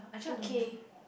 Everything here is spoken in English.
two K